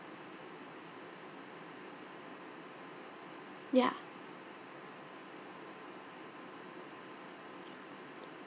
ya